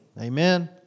amen